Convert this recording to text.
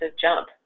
jump